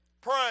Pray